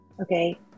okay